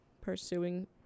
pursuing